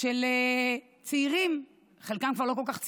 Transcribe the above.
של צעירים, חלקם כבר לא כל כך צעירים,